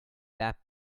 that